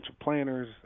planners